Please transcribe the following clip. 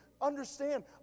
understand